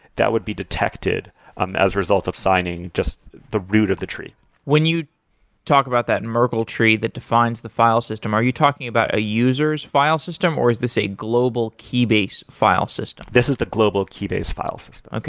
that would be detected um as a result of signing just the root of the tree when you talk about that merkle tree that defines the file system, are you talking about a user s file system, or is this a global keybase file system? this is the global keybase file system.